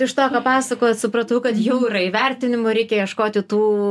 iš to ką pasakojot supratau kad jau yra įvertinimų reikia ieškoti tų